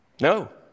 No